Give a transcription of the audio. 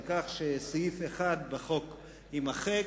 על כך שסעיף 1 בחוק יימחק,